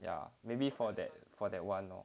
ya maybe for that for that [one] lor